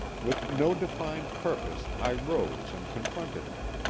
with no defined purpose i rose and confronted him.